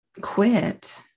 quit